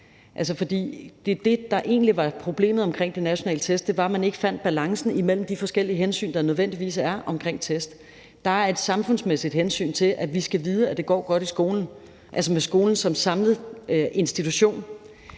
det, der egentlig var problemet med de nationale test: Man fandt ikke balancen mellem de forskellige hensyn, der nødvendigvis må være omkring test. Der er et samfundsmæssigt hensyn til, at vi skal vide, at det går godt med skolen, altså skolen som samlet institution.